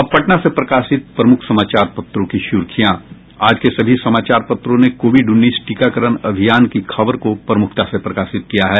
अब पटना से प्रकाशित प्रमुख समाचार पत्रों की सुर्खियां आज के सभी समाचार पत्रों ने कोविड उन्नीस टीकाकरण अभियान की खबर को प्रमुखता से प्रकाशित किया है